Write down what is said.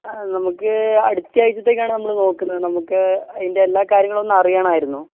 ആ നമുക്ക് അടുത്തയാഴ്ചത്തേക്കാണു നമ്മള് നോക്കുന്നത് നമുക്ക് അതിൻ്റെ എല്ലാ കാര്യങ്ങളും ഒന്ന് അറിയണമായിരുന്നു